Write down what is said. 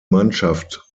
mannschaft